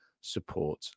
support